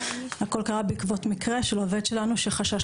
הכל קרה בעקבות מקרה של עובד שלנו שחשש